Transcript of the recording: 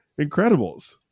Incredibles